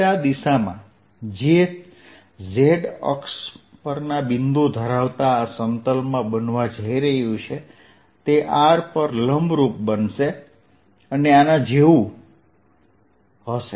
દિશામાં જે z અક્ષ પરના બિંદુ ધરાવતાં આ સમતલમાં બનવા જઈ રહ્યું છે તે r પર લંબરૂપ બનશે અને આના જેવું હશે